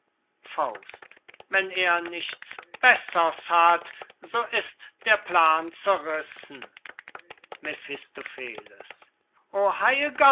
wissen wenn er nichts bessers hat so ist der plan zerrissen mephistopheles o